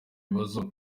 bibazo